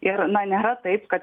ir na nėra taip kad